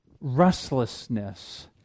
restlessness